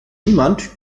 niemand